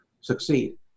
succeed